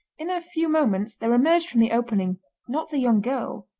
in a few moments there emerged from the opening not the young girl,